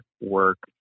work